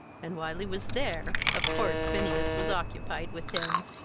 and while he was there, of course phineas was occupied with him.